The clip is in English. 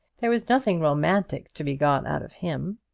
there was nothing romantic to be got out of him.